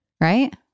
right